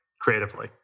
creatively